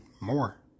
more